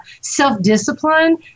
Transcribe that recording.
self-discipline